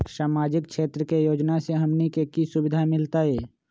सामाजिक क्षेत्र के योजना से हमनी के की सुविधा मिलतै?